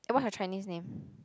eh what's your Chinese name